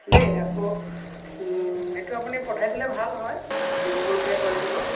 দেই আকৌ এইটো আপুনি পঠাই দিলে ভাল হয় গুগল পে' কৰি দিব